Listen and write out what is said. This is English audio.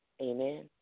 Amen